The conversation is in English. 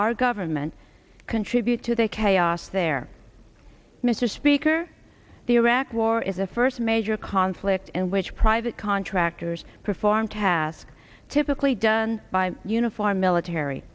our government contribute to the chaos there mr speaker the iraq war is a first major conflict in which private contractors perform tasks typically done by uniformed military